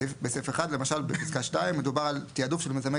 בסעיף 1 למשל בפסקה (2) מדובר על תיעדוף של מיזמי